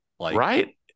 Right